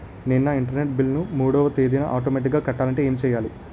నేను నా internet bill మూడవ తేదీన ఆటోమేటిగ్గా కట్టాలంటే ఏం చేయాలి?